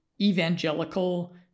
evangelical